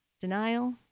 denial